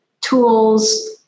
tools